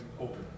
open